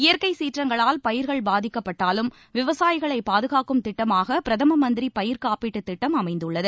இயற்கை சீற்றங்களால் பயிர்கள் பாதிக்கப்பட்டாலும் விவசாயிகளை பாதுகாக்கும் திட்டமாக பிரதம மந்திரி பயிர்க் காப்பீட்டுத் திட்டம் அமைந்துள்ளது